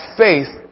faith